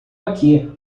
aqui